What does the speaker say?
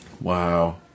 Wow